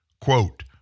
quote